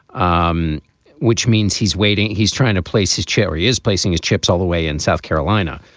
um which means he's waiting, he's trying to place his cherry is placing his chips all the way in south carolina.